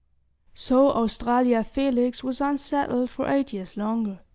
so australia felix was unsettled for eight years longer.